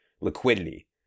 liquidity